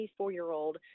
24-year-old